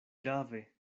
grave